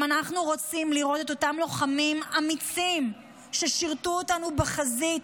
אם אנחנו רוצים לראות את אותם לוחמים אמיצים ששירתו אותנו בחזית,